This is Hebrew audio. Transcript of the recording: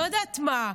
לא יודעת מה,